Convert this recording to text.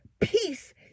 peace